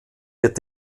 wird